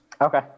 Okay